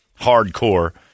hardcore